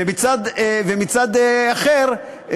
ומצד אחר,